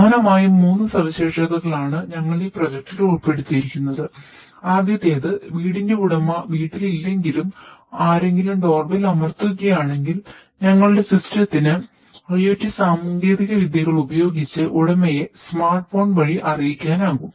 പ്രധാനമായും മൂന്ന് സവിശേഷതകളാണ് ഞങ്ങൾ ഈ പ്രോജക്റ്റിൽ വഴി അറിയിക്കാനാകും